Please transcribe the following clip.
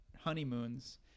honeymoons